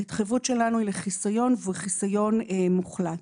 ההתחייבות שלנו הוא לחיסיון והחיסיון הוא מוחלט.